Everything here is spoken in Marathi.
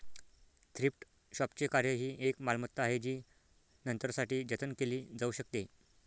थ्रिफ्ट शॉपचे कार्य ही एक मालमत्ता आहे जी नंतरसाठी जतन केली जाऊ शकते